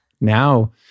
now